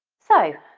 so,